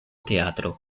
teatro